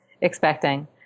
expecting